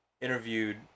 interviewed